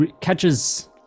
catches